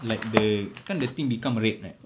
like the kan the thing become red right